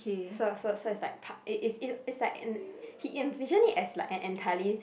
so so so it's like part it's it's it's it's like an he envisioned it as like an entirely